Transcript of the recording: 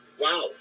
wow